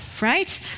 right